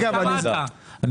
אני